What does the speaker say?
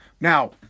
Now